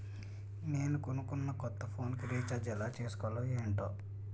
నేను కొనుకున్న కొత్త ఫోన్ కి రిచార్జ్ ఎలా చేసుకోవాలో ఏంటో